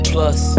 Plus